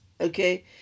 okay